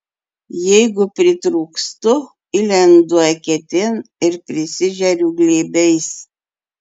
jeigu pritrūkstu įlendu eketėn ir prisižeriu glėbiais